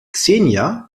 xenia